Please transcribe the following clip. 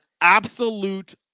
absolute